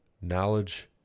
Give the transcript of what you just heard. knowledge